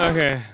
Okay